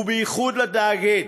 ובייחוד לתאגיד.